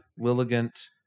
lilligant